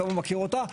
אתה לא מכיר אותה.